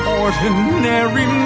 ordinary